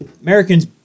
Americans